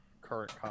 current